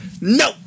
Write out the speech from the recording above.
No